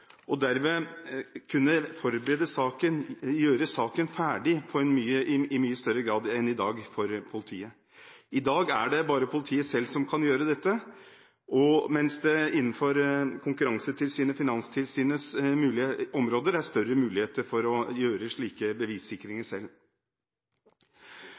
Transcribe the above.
og derved kunne gjøre saken ferdig for politiet i mye større grad enn i dag. I dag er det bare politiet selv som kan gjøre dette, mens det innenfor Konkurransetilsynets og Finanstilsynets områder er større muligheter for å gjøre slike bevissikringer